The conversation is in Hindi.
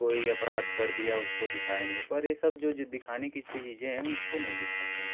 कोइ अपराध कर दिया वो दिखाएंगे पर ये सब जो दिखाने की चीज़ें हैं वो नहीं दिखाते हैं